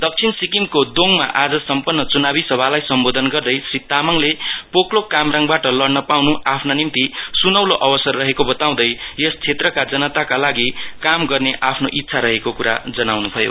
दक्षिण सिक्किमको दोङमा आज सम्पन्न चुनावी सभालाई सम्बोधन गर्दै श्री तामाङले पोकलोक कामराङबाट लडन पाउने आफ्नो निम्ति सुनौलो अवसर रहेको बताउँदै यस क्षेत्रका जनाताको लागि काम गर्न आफ्नो इच्छा रहेको कुरो जनाउनु भयो